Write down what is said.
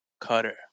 cutter